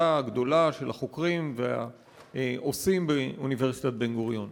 הגדולה של החוקרים והעושים באוניברסיטת בן-גוריון.